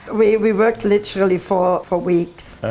we we worked literally for for weeks.